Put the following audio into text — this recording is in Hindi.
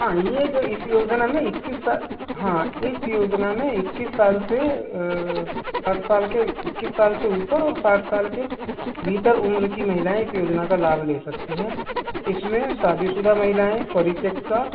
हाँ ये जो इस योजना में इक्कीस साल हाँ इस योजना में इक्कीस साल से साठ साल के इक्कीस साल से ऊपर और साथ साल के भीतर उम्र की महिलाएँ इस योजना का लाभ ले सकती हैं इस में शादी शुदा महिलाएँ परिपेक्षता